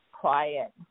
quiet